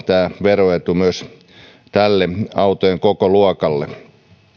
tämä veroetu on perusteltu myös tälle autojen kokoluokalle